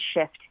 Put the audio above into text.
shift